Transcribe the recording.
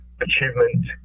Achievement